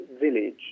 village